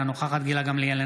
אינה נוכחת גילה גמליאל,